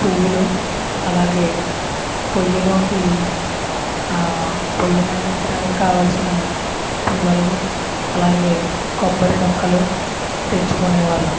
పువ్వులు అలాగే పొయ్యలోకి ఆ పొయ్య మండించడానికి కావల్సిన పుల్లలు అలాగే కొబ్బరి డొక్కలు తెచ్చుకునే వాళ్ళం